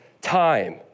time